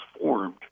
formed